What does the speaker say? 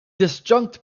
disjunct